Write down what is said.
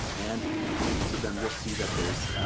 and next to them, you'll see that there's,